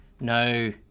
no